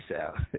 out